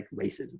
racism